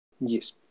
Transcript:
Yes